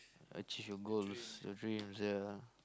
achieve your goals your dreams ya